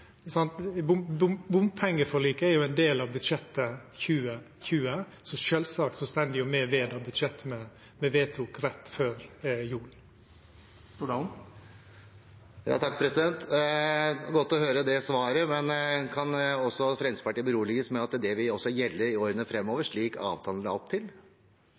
Bompengeforliket er ein del av budsjettet for 2020, så sjølvsagt står me ved budsjettet me vedtok rett før jul. Det var godt å høre det svaret, men kan Fremskrittspartiet beroliges med at det også vil gjelde i årene framover, slik avtalen la opp til?